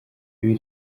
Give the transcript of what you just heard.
ibi